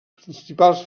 principals